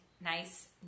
nice